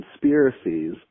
conspiracies